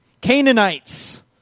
Canaanites